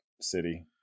city